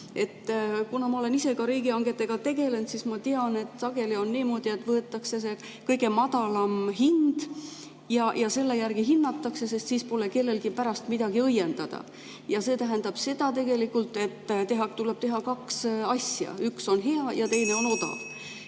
ma ise olen ka riigihangetega tegelenud, siis ma tean, et sageli on niimoodi, et võetakse kõige madalam hind ja selle järgi hinnatakse, sest siis pole kellelgi pärast midagi õiendada. See tähendab tegelikult seda, et tuleb teha kaks asja: üks on hea ja teine on odavam.